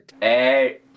Hey